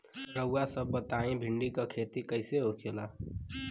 रउआ सभ बताई भिंडी क खेती कईसे होखेला?